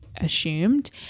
assumed